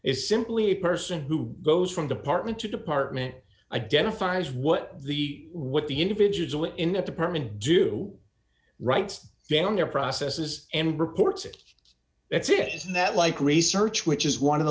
is simply a person who goes from department to department identifies what the what the individual in the department do writes down their processes and reports it that's it isn't that like research which is one of the